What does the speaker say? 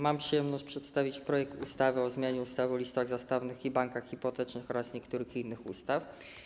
Mam przyjemność przedstawić projekt ustawy o zmianie ustawy o listach zastawnych i bankach hipotecznych oraz niektórych innych ustaw.